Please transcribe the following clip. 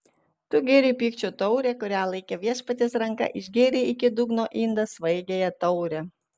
tu gėrei pykčio taurę kurią laikė viešpaties ranka išgėrei iki dugno indą svaigiąją taurę